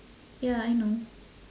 ya I know